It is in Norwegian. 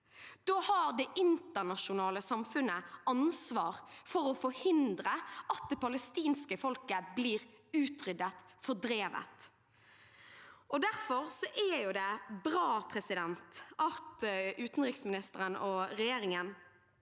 Da har det internasjonale samfunnet ansvar for å forhindre at det palestinske folket blir utryddet og fordrevet. Derfor er det bra at utenriksministeren og regjeringen